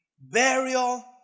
burial